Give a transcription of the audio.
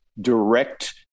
direct